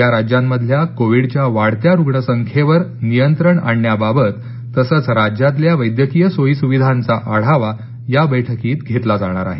या राज्यांमधल्या कोविडच्या वाढत्या रुग्ण संख्येवर नियंत्रण आणण्याबाबत तसंच राज्यातल्या वैद्यकीय सोयीसुविधांचा आढावा या बैठकीत घेतला जाणार आहे